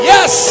Yes